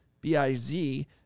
B-I-Z